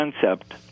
concept